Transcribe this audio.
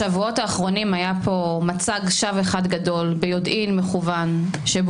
בשבועות האחרונים היה כאן מצג שווא אחד גדול מכוון ביודעין